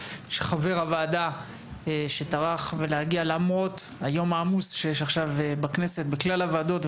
חבר הוועדה שטרח להגיע למרות היום העמוס שיש עכשיו בכנסת בכלל הוועדות,